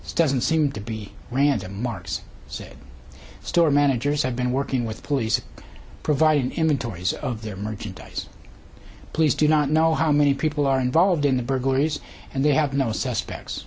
doesn't seem to be random marks said store managers have been working with police provided in the tories of their merchandise please do not know how many people are involved in the burglaries and they have no suspects